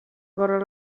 korral